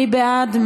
מי בעד?